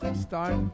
start